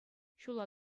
ҫула